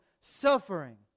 suffering